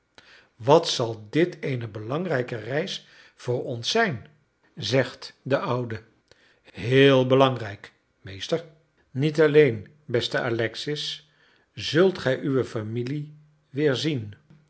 wat zal dit eene belangrijke reis voor ons zijn zegt de oude heel belangrijk meester niet alleen beste alexis zult gij uwe familie weerzien